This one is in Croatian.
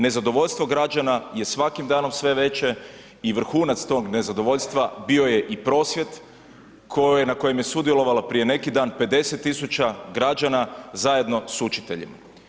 Nezadovoljstvo građana je svakim danom sve veće i vrhunac tog nezadovoljstva bio je i prosvjed na kojem je sudjelovalo prije neki dan 50.000 građana zajedno sa učiteljima.